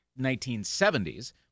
1970s